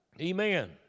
Amen